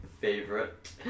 favorite